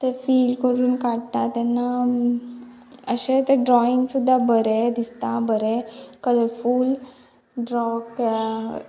ते फील करून काडटा तेन्ना अशें तें ड्रॉइंग सुद्दां बरें दिसता बरें कलरफूल ड्रॉ